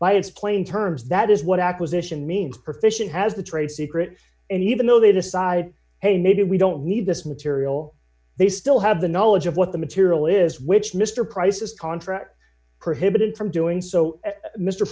its plain terms that is what acquisition means profession has the trade secrets and even though they decide hey maybe we don't need this material they still have the knowledge of what the material is which mr price is contract prohibited from doing so mr